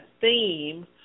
theme